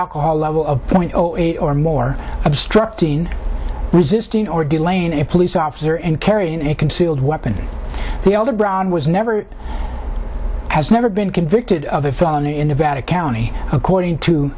alcohol level of point zero eight or more obstructing resisting or delaying a police officer and carrying a concealed weapon the other brown was never has never been convicted of a felony in nevada county according to